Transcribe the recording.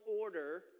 order